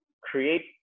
create